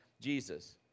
Jesus